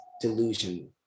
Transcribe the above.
delusion